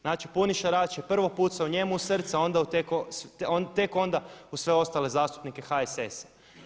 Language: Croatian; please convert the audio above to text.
Znači puni šarač je prvo pucao njemu u srce, a tek onda u sve ostale zastupnike HSS-a.